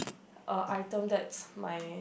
a item that my